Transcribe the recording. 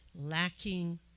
lacking